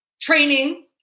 training